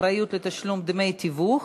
אחריות לתשלום דמי תיווך),